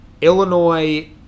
Illinois